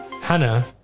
Hannah